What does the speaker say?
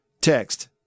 Text